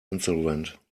insolvent